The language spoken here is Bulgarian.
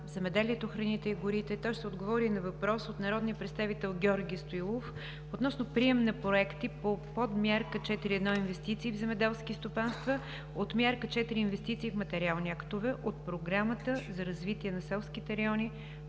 земеделието, храните и горите. Той ще отговори на въпрос от народния представител Георги Стоилов относно прием на проекти по подмярка 4.1 „Инвестиции в земеделски стопанства“, от мярка 4 „Инвестиции в материални активи“ от Програмата за развитие на селските райони